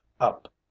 up